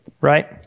Right